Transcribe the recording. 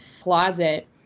closet